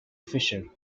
fisher